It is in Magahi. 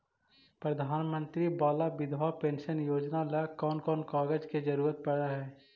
प्रधानमंत्री बाला बिधवा पेंसन योजना ल कोन कोन कागज के जरुरत पड़ है?